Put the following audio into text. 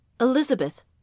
Elizabeth